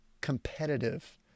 competitive